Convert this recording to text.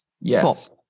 yes